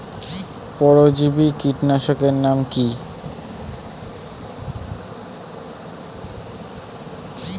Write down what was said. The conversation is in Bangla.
পরজীবী কীটনাশকের নাম কি?